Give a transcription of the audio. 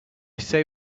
say